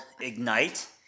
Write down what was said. Ignite